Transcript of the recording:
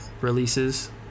releases